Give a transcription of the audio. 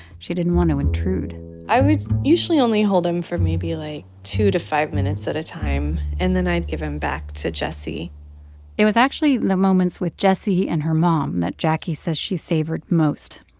she didn't want to intrude i would usually only hold him for maybe, like, two to to five minutes at a time, and then i'd give him back to jessie it was actually the moments with jessie and her mom that jacquie says she savored most.